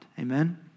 Amen